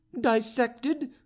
dissected